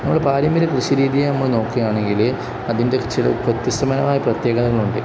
നമ്മുടെ പാരമ്പര്യ കൃഷിരീതിയെ നമ്മൾ നോക്കുകയാണെങ്കിൽ അതിൻ്റെ ചില വ്യത്യസ്തമായ പ്രത്യേകതകളുണ്ട്